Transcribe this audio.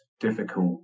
difficult